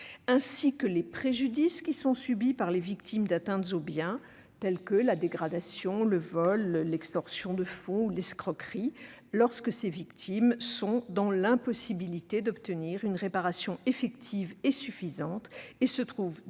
mois, et les préjudices subis par les victimes d'atteintes aux biens, telles que la dégradation, le vol, l'extorsion de fonds ou l'escroquerie, lorsque ces victimes sont dans l'impossibilité d'obtenir une réparation effective et suffisante et se trouvent, de